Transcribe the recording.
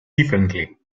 differently